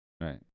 right